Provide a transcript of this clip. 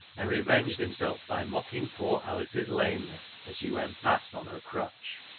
and revenged himself by mocking poor alice's lameness as she went past on her crutch.